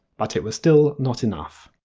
but it was still not enough,